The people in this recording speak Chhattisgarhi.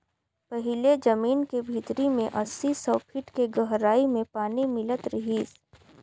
पहिले जमीन के भीतरी में अस्सी, सौ फीट के गहराई में पानी मिलत रिहिस